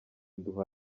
duha